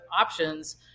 options